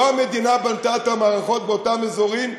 לא המדינה בנתה את המערכות באותם אזורים.